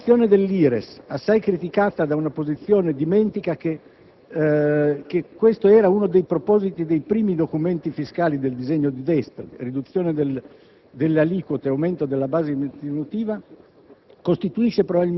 La riduzione dell'IRES, assai criticata dall'opposizione (dimentica che questo era uno dei propositi dei primi documenti fiscali del disegno della destra: riduzione delle aliquote e aumento della base contributiva),